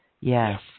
Yes